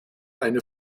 eine